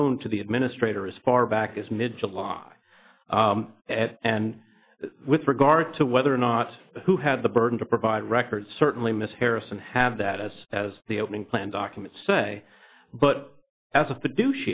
known to the administrator as far back as mid july at and with regard to whether or not who had the burden to provide records certainly ms harrison have that as as the opening plan documents say but as